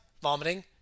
vomiting